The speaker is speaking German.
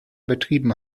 betrieben